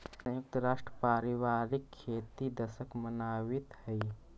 संयुक्त राष्ट्र पारिवारिक खेती दशक मनावित हइ